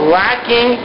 lacking